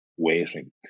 waiting